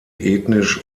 ethnisch